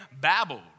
babbled